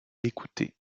l’écouter